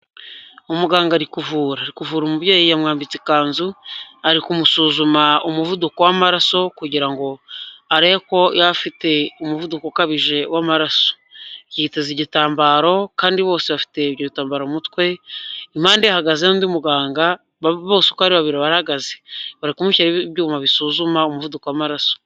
Umuganga ari kuvura kuvura umubyeyi yamwambitse ikanzu ari kumusuzuma umuvuduko w'amaraso kugira ngo arebe ko yaba afite umuvuduko ukabije w'amaraso yiteze igitambaro kandi bose bafite ibyo bitambaro mu mutwe impande hahagaze undi muganga bose uko ari babiri bahagaze bari kumushyiraho ibyuma bisuzuma umuvuduko w'amaraso.